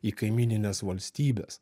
į kaimynines valstybes